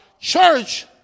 church